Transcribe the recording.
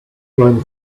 grown